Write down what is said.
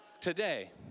Today